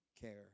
care